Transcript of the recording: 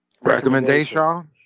Recommendation